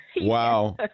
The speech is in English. Wow